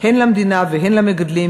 הן למדינה והן למגדלים,